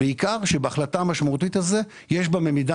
בעיקר כאשר בהחלטה המשמעותית הזאת יש בה במידה